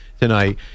tonight